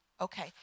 Okay